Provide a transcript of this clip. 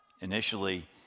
initially